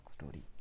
story